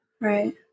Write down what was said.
Right